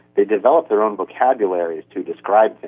they develop their own vocabularies to describe